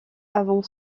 avant